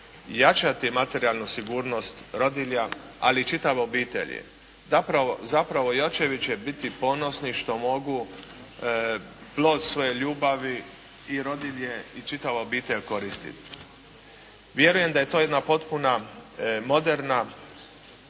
jačati materijalnu sigurnost rodilja ali i čitave obitelji. Zapravo, i očevi će biti ponosni što mogu plod svoje ljubavi i rodilje i čitava obitelj koristiti. Vjerujem da je to jedna potpuna moderna